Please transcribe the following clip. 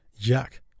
Jack